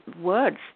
words